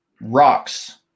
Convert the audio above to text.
rocks